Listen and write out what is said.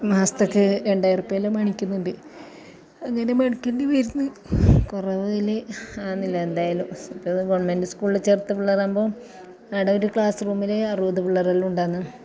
മാസത്തേക്ക് രണ്ടായിരം റുപ്യെല്ലാം മേടിക്കുന്നുണ്ട് അങ്ങനെ മേടിക്കേണ്ടി വരുന്നു കുറവിൽ ആകുന്നില്ല എന്തായാലും അപ്പം ഗവണ്മെൻറ്റ് സ്കൂളിൽ ചേർത്ത പിള്ളേരാകുമ്പോൾ അവിടെ ഒരു ക്ലാസ് റൂമിൽ അറുപത് പിള്ളേരെല്ലാം ഉണ്ടാകുന്നു